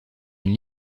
une